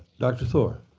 dr. thor.